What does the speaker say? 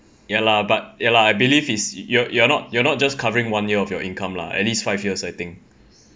ya lah but ya lah I believe is you're you're not you're not just covering one year of your income lah at least five years I think